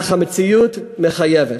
אך המציאות מחייבת.